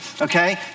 okay